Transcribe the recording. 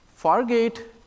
Fargate